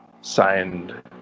signed